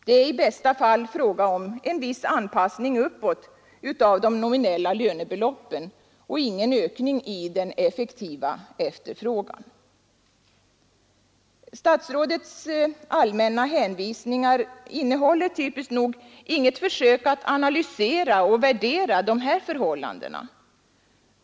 Det är i bästa fall fråga om en viss anpassning uppåt av de nominella lönebeloppen och ingen ökning i den effektiva efterfrågan. Statsrådets allmänna hänvisningar innehåller typiskt nog inget försök att analysera och värdera dessa förhållanden.